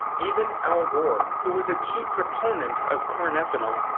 even al gore, who was a key proponent of corn ethanol,